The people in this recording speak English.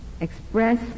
express